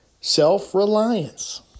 self-reliance